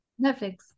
Netflix